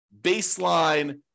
baseline